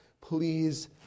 please